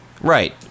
right